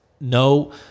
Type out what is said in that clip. no